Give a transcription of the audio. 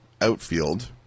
outfield